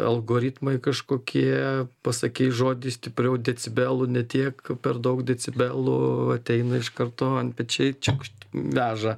algoritmai kažkokie pasakei žodis stipriau decibelų ne tiek per daug decibelų ateina iš karto antpečiai čekšt veža